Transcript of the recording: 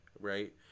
right